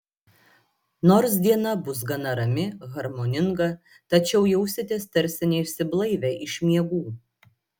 nors diena bus gana rami harmoninga tačiau jausitės tarsi neišsiblaivę iš miegų